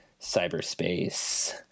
cyberspace